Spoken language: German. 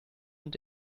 und